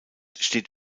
steht